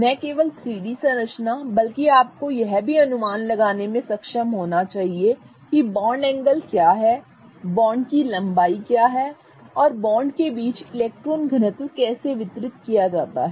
न केवल 3 डी संरचना बल्कि आपको यह भी अनुमान लगाने में सक्षम होना चाहिए कि बॉन्ड एंगल क्या हैं बॉन्ड की लंबाई क्या है और बॉन्ड के बीच इलेक्ट्रॉन घनत्व कैसे वितरित किया जाता है